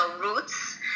roots